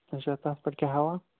اچھا تَتھ پٮ۪ٹھ کیاہ ہاوان